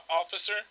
Officer